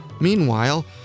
Meanwhile